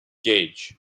gauge